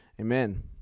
Amen